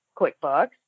QuickBooks